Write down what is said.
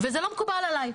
וזה לא מקובל עליי.